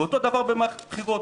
ואותו דבר במערכת בחירות,